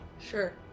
Sure